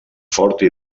forta